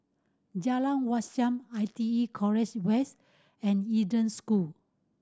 Jalan Wat Siam I T E College West and Eden School